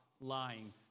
lying